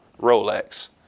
Rolex